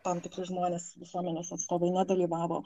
tam tikri žmonės visuomenės atstovai nedalyvavo